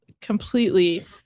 completely